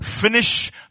finish